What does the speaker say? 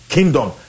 Kingdom